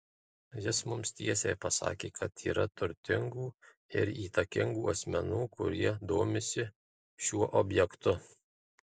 jis mums tiesiai pasakė kad yra turtingų ir įtakingų asmenų kurie domisi šiuo objektu